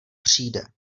přijde